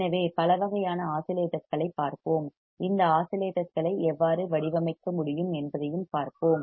எனவே பல வகையான ஆஸிலேட்டர்ஸ் களைப் பார்ப்போம் இந்த ஆஸிலேட்டர்ஸ் களை எவ்வாறு வடிவமைக்க முடியும் என்பதையும் பார்ப்போம்